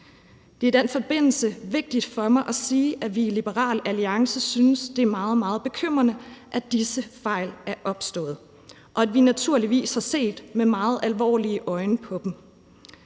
Det er i den forbindelse vigtigt for mig at sige, at vi i Liberal Alliance synes, det er meget, meget bekymrende, at disse fejl er opstået, og at vi naturligvis har set med meget alvorlige øjne på dem.